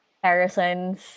comparisons